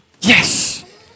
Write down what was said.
Yes